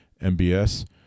MBS